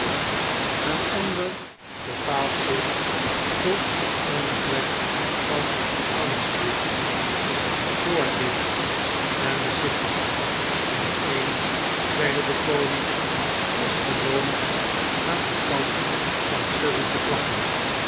een andere bepaalt zich tot den omtrek van houndsditch shoreditch en de city de een zeide de koning is gewoon aan den kant van surrey te plakken